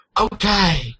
Okay